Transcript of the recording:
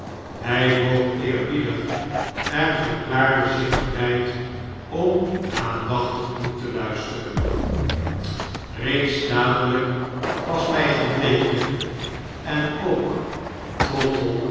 hij boog eerbiedig en verklaarde zich bereid om aandachtig toe te luisteren keeds dadelyk was mjj gebleken en ook